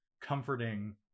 comforting